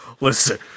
listen